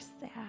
sad